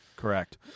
Correct